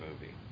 movie